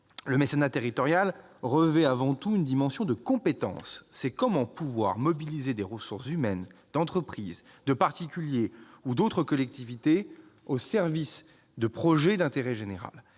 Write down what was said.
Le mécénat territorial revêt, avant tout, une dimension de compétences : il s'agit de savoir comment mobiliser des ressources humaines d'entreprises, de particuliers ou d'autres collectivités au service de projets d'intérêt général.